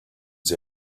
see